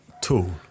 tool